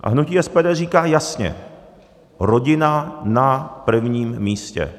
A hnutí SPD říká jasně: rodina na prvním místě.